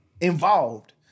involved